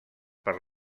per